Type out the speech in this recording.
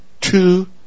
two